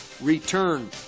return